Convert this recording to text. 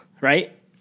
right